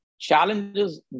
challenges